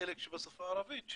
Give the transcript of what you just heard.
בחלק שבשפה הערבית,